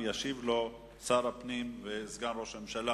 הצעה שמספרה 537. ישיב לו שר הפנים וסגן ראש הממשלה,